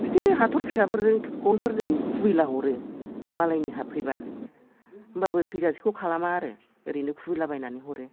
बिदिनो हाथर फिसाफोरजों गनफोरजों खुबैलाहरो मालायनि हाबफैबा होनबाबो थैजासेखौ खालामा आरो ओरैनो खुबैलाबायनानै हरो